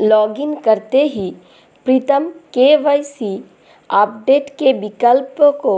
login करते ही Pritam KYC update के विकल्प को